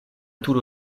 turo